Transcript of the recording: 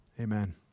Amen